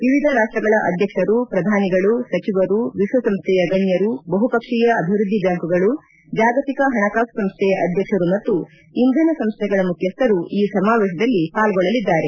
ವಿವಿಧ ರಾಷ್ಟಗಳ ಅಧ್ಯಕ್ಷರು ಪ್ರಧಾನಿಗಳು ಸಚಿವರು ವಿಶ್ವಸಂಸ್ಥೆಯ ಗಣ್ಯರು ಬಹುಪಕ್ಷೀಯ ಅಭಿವೃದ್ಧಿ ಬ್ಯಾಂಕ್ಗಳು ಜಾಗತಿಕ ಹಣಕಾಸು ಸಂಸ್ಥೆಯ ಅಧ್ವಕ್ಷರು ಮತ್ತು ಇಂಧನ ಸಂಸ್ಥೆಗಳ ಮುಖ್ಯಸ್ಥರು ಈ ಸಮಾವೇಶದಲ್ಲಿ ಪಾರ್ಗೊಳ್ಳಲಿದ್ದಾರೆ